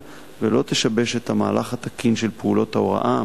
ולא תשבש את המהלך התקין של פעולות ההוראה,